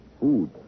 food